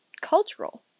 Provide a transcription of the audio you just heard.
cultural